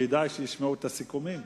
כדאי שישמעו את הסיכומים.